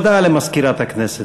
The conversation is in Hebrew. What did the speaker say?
הודעה למזכירת הכנסת.